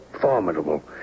formidable